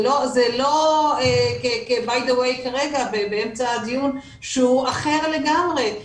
זה לא כ-by the way כרגע באמצע הדיון שהוא אחר לגמרי,